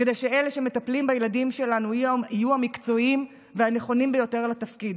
כדי שאלה שמטפלים בילדים שלנו יהיו המקצועיים והנכונים ביותר לתפקיד,